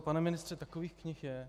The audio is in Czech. Pane ministře, takových knih je.